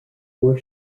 poor